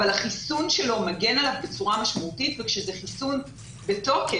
אבל החיסון שלו מגן עליו בצורה משמעותית וכשזה חיסון בתוקף,